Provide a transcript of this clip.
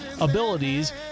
abilities